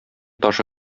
ташы